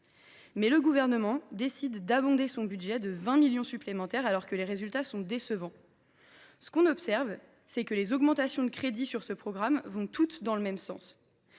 le Gouvernement décide d’abonder son budget de 20 millions d’euros supplémentaires, alors que ses résultats sont décevants. J’observe que les augmentations de crédits de ce programme vont toutes dans le même sens